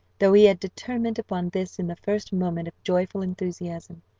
though he had determined upon this in the first moment of joyful enthusiasm,